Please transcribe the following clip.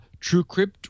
TrueCrypt